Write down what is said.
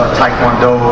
taekwondo